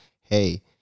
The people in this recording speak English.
hey